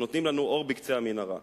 נותנים לנו אור בקצה המנהרה.